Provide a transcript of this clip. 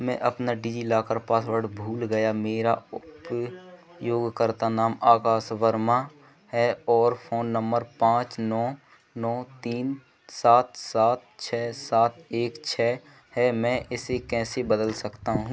मैं अपना DigiLocker password भूल गया मेरा उपयोगकर्ता नाम आकाश वर्मा है और फ़ोन नम्बर पाँच नौ नौ तीन सात सात छः सात एक छः है मैं इसे कैसे बदल सकता हूँ